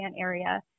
area